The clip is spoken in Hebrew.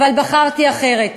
אבל בחרתי אחרת,